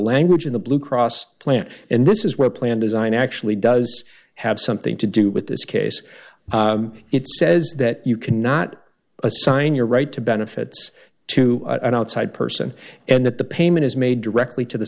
language in the blue cross plan and this is where plan design actually does have something to do with this case it says that you cannot assign your right to benefits to an outside person and that the payment is made directly to the